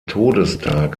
todestag